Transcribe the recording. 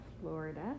Florida